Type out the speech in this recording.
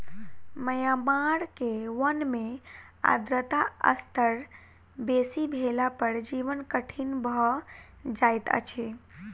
Myanmar के वन में आर्द्रता स्तर बेसी भेला पर जीवन कठिन भअ जाइत अछि